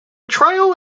trial